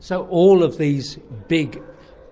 so all of these big